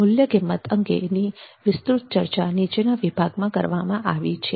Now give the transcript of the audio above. મૂલ્ય કિંમત અંગેની વિસ્તૃત ચર્ચા નીચેના વિભાગમાં કરવામાં આવી છે